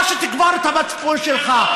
או שתקבור את המצפון שלך.